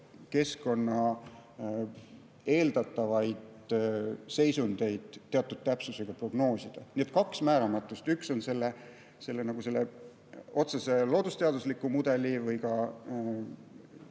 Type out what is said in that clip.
keskkonna eeldatavaid seisundeid teatud täpsusega prognoosida. Nii et on kaks määramatust: üks on selle otsese loodusteadusliku mudeli või ka